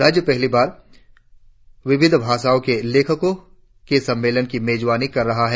राज्य में पहली बार विविध भाषाओं के लेखकों के सम्मेलन की मेजबानी कर रहा है